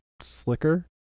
slicker